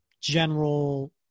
general